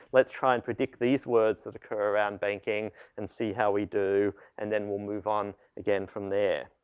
let's try and predict these words that occur around banking and see how we do and then we'll move on again from there.